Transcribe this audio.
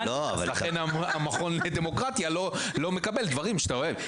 לכן המכון לדמוקרטיה לא מקבל דברים שאתה אוהב.